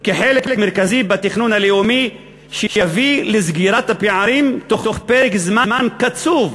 כאל חלק מרכזי בתכנון הלאומי שיביא לסגירת הפערים תוך פרק זמן קצוב,